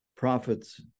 prophets